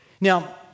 Now